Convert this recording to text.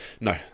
no